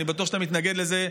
אני בטוח שאתה מתנגד לזה,